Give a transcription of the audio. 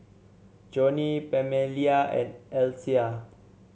Johnny Pamelia and Althea